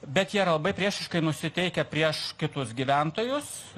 bet jie yra labai priešiškai nusiteikę prieš kitus gyventojus